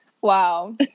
Wow